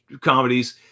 comedies